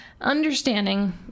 Understanding